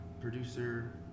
producer